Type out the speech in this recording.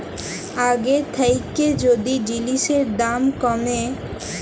আগের থ্যাইকে যদি জিলিসের দাম ক্যমে